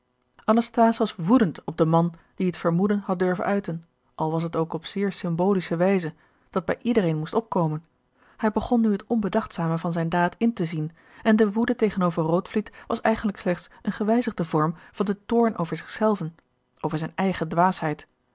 anasthase was woedend op den man die het vermoeden had durven uiten al was het ook op zeer symbolische wijze dat bij iedereen moest opkomen hij begon nu het onbedachtzame van zijne daad in te zien en de woede tegenover rootvliet was eigenlijk slechts een gewijzigde vorm van den toorn over zich zelven over zijne eigene dwaasheid